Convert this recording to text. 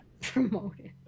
Promoted